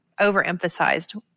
overemphasized